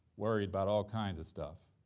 worried about all kinds of stuff.